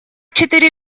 четыре